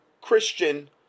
Christian